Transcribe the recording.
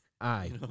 Aye